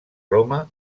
roma